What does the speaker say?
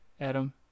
Adam